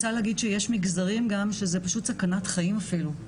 אני רוצה להגיד שיש מגזרים גם שזו פשוט סכנת חיים אפילו.